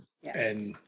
Yes